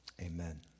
Amen